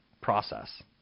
process